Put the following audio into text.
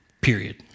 period